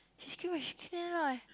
she scream she scream damn loud eh